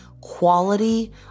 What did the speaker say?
quality